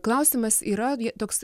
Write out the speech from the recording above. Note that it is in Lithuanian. klausimas yra toks